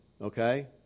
okay